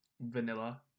vanilla